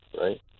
right